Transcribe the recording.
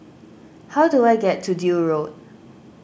how do I get to Deal Road